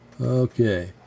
Okay